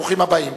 ברוכים הבאים.